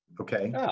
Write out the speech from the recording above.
okay